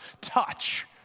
touch